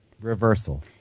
Reversal